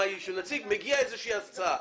מגיעה איזושהי הצעה,